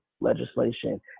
legislation